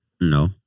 No